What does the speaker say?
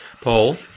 Paul